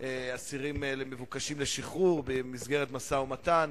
אסירים המבוקשים לשחרור במסגרת משא-ומתן,